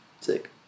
sick